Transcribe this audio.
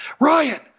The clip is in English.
Ryan